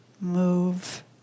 move